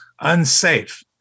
Unsafe